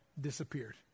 disappeared